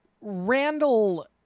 Randall